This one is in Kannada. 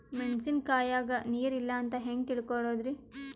ಮೆಣಸಿನಕಾಯಗ ನೀರ್ ಇಲ್ಲ ಅಂತ ಹೆಂಗ್ ತಿಳಕೋಳದರಿ?